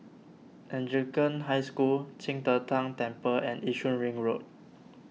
Anglican High School Qing De Tang Temple and Yishun Ring Road